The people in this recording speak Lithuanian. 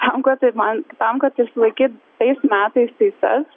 auga tai man tam kad išsilaikyt tais metais teises